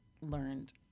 learned